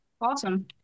Awesome